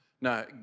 Now